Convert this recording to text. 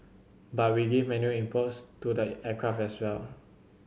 but we give manual inputs to the aircraft as well